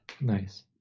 Nice